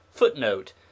Footnote